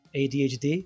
adhd